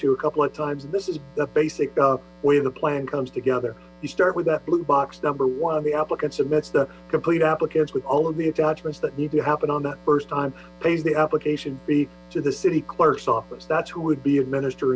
to a couple of times and this is the basic way the plan comes together you start with that blue box number one the applicant submits the complete applicants with all of the attachments that need to happen that first time pays the application to the city clerk's office that's who would be administer